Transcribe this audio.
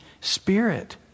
spirit